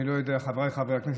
חבריי חברי הכנסת,